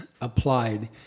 applied